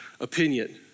opinion